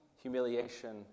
humiliation